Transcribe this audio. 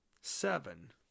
seven